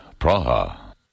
Praha